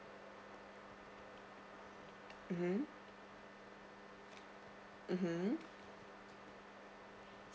mmhmm mmhmm